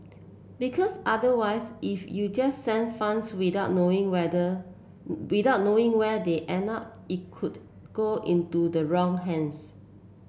they end up it could go into the wrong hands